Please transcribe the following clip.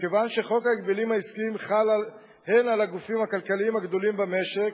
מכיוון שחוק ההגבלים העסקיים חל הן על הגופים הכלכליים הגדולים במשק